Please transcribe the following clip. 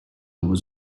was